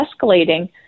escalating